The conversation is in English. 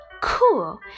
Cool